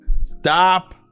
Stop